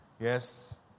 yes